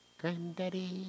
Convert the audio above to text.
Granddaddy